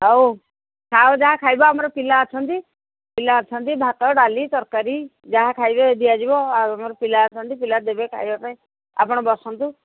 ହଉ ଖାଅ ଯାହା ଖାଇବ ଆମର ପିଲା ଅଛନ୍ତି ପିଲା ଅଛନ୍ତି ଭାତ ଡାଲି ତରକାରୀ ଯାହା ଖାଇବେ ଦିଆଯିବ ଆଉ ଆମର ପିଲା ଅଛନ୍ତି ପିଲା ଦେବେ ଖାଇବା ପାଇଁ ଆପଣ ବସନ୍ତୁ